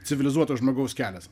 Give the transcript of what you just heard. civilizuoto žmogaus kelias